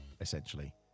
essentially